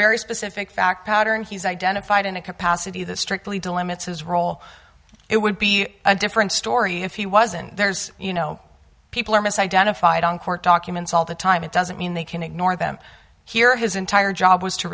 very specific fact pattern he's identified in a capacity that strictly delimits his role it would be a different story if he wasn't there's you know people are mis identified on court documents all the time it doesn't mean they can ignore them here his entire job was to